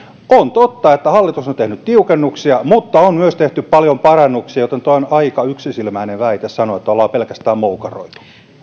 on totta että hallitus on tehnyt tiukennuksia mutta on myös tehty paljon parannuksia joten tuo on aika yksisilmäinen väite sanoa että ollaan pelkästään moukaroitu